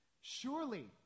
Surely